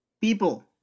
people